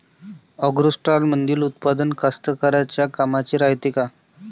ॲग्रोस्टारमंदील उत्पादन कास्तकाराइच्या कामाचे रायते का?